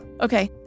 Okay